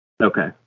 Okay